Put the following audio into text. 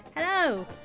Hello